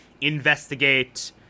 investigate